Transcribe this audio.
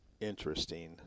interesting